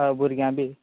हय भुरग्यां बी